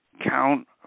count